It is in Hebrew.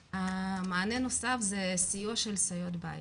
מענה נוסף זה סיוע של סייעות בית.